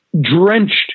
drenched